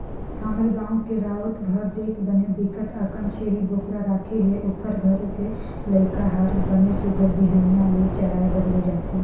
हमर गाँव के राउत घर देख बने बिकट अकन छेरी बोकरा राखे हे, ओखर घर के लइका हर बने सुग्घर बिहनिया ले चराए बर ले जथे